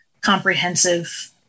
comprehensive